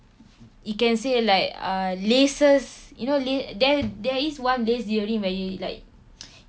you can say like err laces you know lace there there is one lace earring where you like